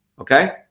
Okay